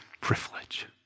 privilege